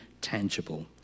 tangible